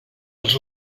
els